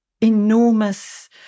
enormous